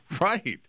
right